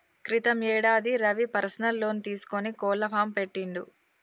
క్రితం యేడాది Ravi personal loan తీసుకొని కోళ్ల ఫాం పెట్టిండు